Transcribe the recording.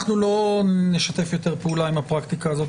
אנחנו לא נשתף יותר פעולה על הפרקטיקה הזאת.